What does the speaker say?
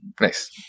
nice